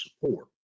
support